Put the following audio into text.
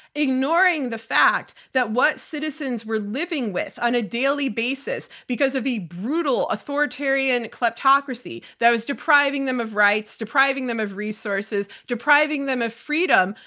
ignoring the fact that what citizens citizens were living with on a daily basis because of a brutal authoritarian kleptocracy that was depriving them of rights, depriving them of resources, depriving them of freedom,